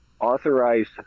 authorized